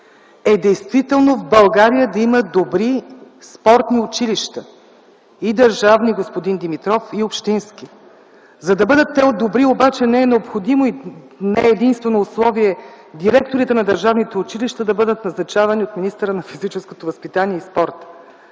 е действително в България да има добри спортни училища – и държавни, господин Димитров, и общински. За да бъдат те добри обаче, не е необходимо и не е единствено условие директорите на държавните училища да бъдат назначавани от министъра на физическото възпитание и спорта.